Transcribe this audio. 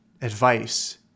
advice